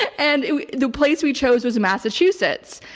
and the place we chose was in massachusetts.